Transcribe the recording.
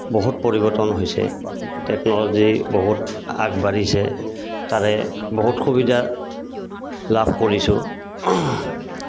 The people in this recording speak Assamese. বহুত পৰিৱৰ্তন হৈছে টেকন'লজি বহুত আগবাঢ়িছে তাৰে বহুত সুবিধা লাভ কৰিছোঁ